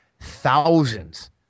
Thousands